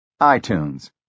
iTunes